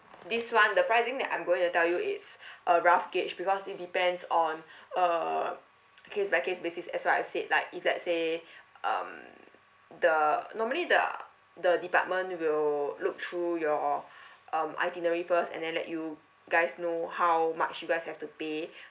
this one the pricing that I'm going to tell you it's a rough gauge because it depends on uh case by case basis as what I've said like if let's say um the normally the uh the department will look through your um itinerary first and then let you guys know how much you guys have to pay